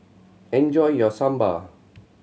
enjoy your Sambar